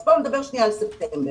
אז בואו נדבר שנייה על ספטמבר.